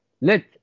let